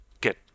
get